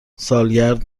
سالگرد